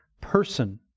person